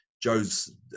Joe's